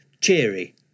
cheery